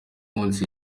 iminsi